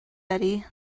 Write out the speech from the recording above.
betty